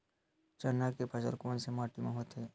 चना के फसल कोन से माटी मा होथे?